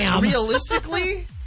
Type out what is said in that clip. realistically